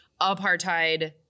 apartheid